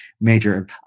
major